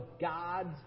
God's